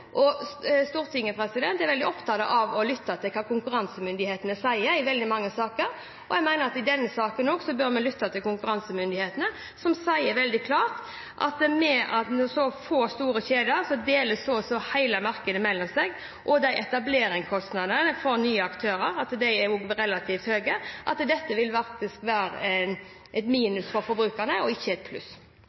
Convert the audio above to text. Stortinget er veldig opptatt av å lytte til hva konkurransemyndighetene sier i veldig mange saker, og jeg mener at også i denne saken bør vi lytte til konkurransemyndighetene, som sier veldig klart at med så få store kjeder, som deler så å si hele markedet mellom seg, og etableringskostnadene for nye aktører, som er relativt høye, vil dette faktisk vil være et minus for forbrukerne og ikke et pluss.